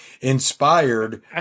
inspired